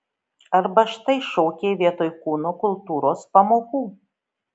arba štai šokiai vietoj kūno kultūros pamokų